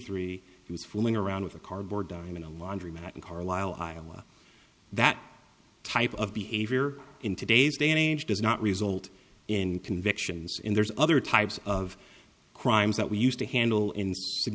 three he was fooling around with a cardboard dime in a laundromat in carlisle iowa that type of behavior in today's day and age does not result in convictions in there's other types of crimes that we used to handle